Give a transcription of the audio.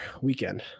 Weekend